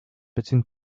between